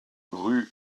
rue